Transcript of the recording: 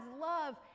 love